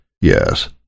Yes